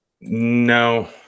No